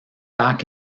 back